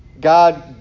God